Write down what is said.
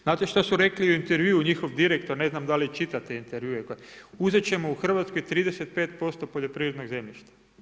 Znate što su rekli u intervjuu, njihov direktor, ne znam da li čitate intervjue, uzet ćemo u Hrvatskoj 35% poljoprivrednog zemljišta.